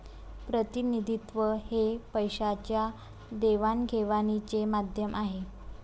प्रतिनिधित्व हे पैशाच्या देवाणघेवाणीचे माध्यम आहे